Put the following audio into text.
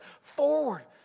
forward